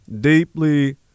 deeply